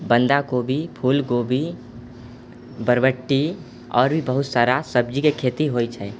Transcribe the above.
बन्धा कोबी फूल कोबी बरबट्टी आओर भी बहुत सारा सब्जीके खेती होइ छै